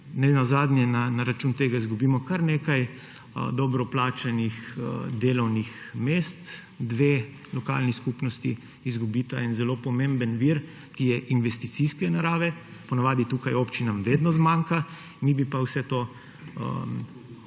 na račun tega izgubimo kar nekaj dobro plačanih delovnih mest, dve lokalni skupnosti izgubita en zelo pomemben vir, ki je investicijske narave, po navadi tukaj občinam vedno zmanjka, mi bi pa vse to